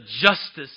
justice